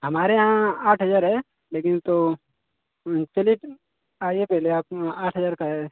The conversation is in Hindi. हमारे यहाँ आठ हजार है लेकिन तो चलिए तो आइए पहले आप आठ हजार का है